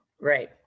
Right